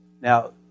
Now